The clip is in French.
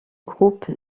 groupe